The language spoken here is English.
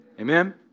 Amen